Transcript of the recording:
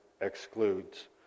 excludes